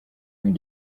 and